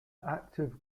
active